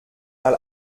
mal